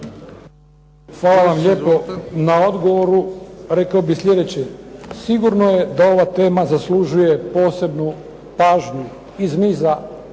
Hvala vam lijepo na odgovoru. Rekao bih sljedeće. Sigurno je da ova tema zaslužuje posebnu pažnju iz niza